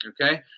Okay